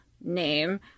name